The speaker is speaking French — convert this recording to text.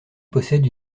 possède